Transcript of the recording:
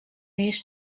jest